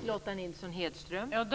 Fru talman! Jag tror inte att